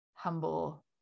Humble